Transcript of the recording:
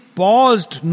paused